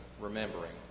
remembering